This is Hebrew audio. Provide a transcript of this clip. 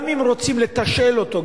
גם אם רוצים לתשאל אותו,